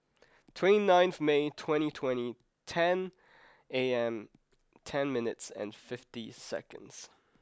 twenty ninth May twenty twenty ten A M ten minutes and fifty seconds